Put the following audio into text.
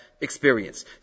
experience